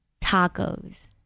Tacos